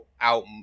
out